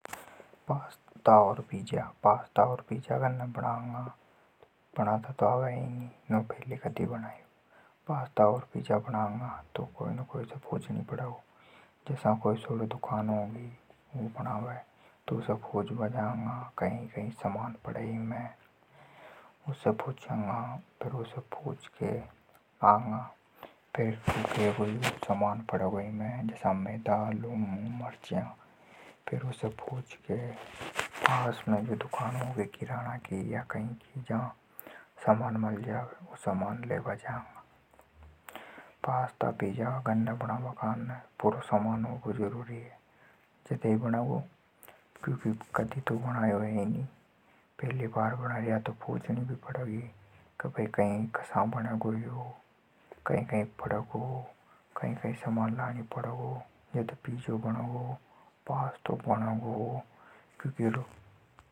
पास्ता और पिज्जा घर ने बनाता तो आवे नी। बनांगा तो कोई न कोई से पूछणी पड़ेगो। उसे पूछांगा कई कई सामान पड़े इमे। फेर उसे पूछ के सामान लेंगा। पास्ता पिज्जा बणाबा काने सारा सामान होबो जरुरी है। कदी बणायो तो हेनी।